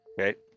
Okay